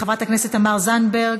חברת הכנסת תמר זנדברג,